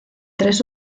tres